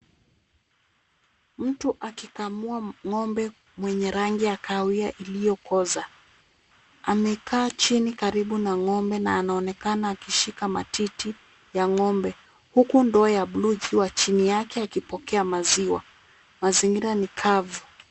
Mtu akikamua ng'ombe mwenye rangi ya kahawia iliyokoza. Amekaa chini karibu na ng'ombe na anaonekana akishika matiti ya ng'ombe, huku ndoo ya blue ikiwa chini yake akipokea maziwa. Mazingira ni kavu.